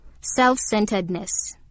Self-centeredness